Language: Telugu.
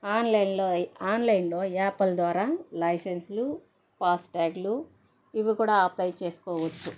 ఆన్లైన్లో ఆన్లైన్లో యాప్ల ద్వారా లైసెన్స్ లు ఫస్టాగ్లు ఇవి కూడా అప్లై చేస్కోవచ్చు